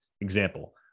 Example